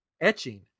etching